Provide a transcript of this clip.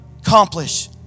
accomplish